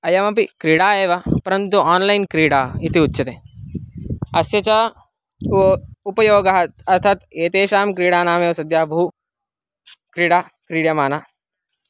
अयमपि क्रीडा एव परन्तु आन्लैन् क्रीडा इति उच्यते अस्य च उ उपयोगः अर्थात् एतेषां क्रीडानामेव सद्यः बहु क्रीडा क्रीड्यमाना